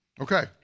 Okay